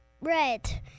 red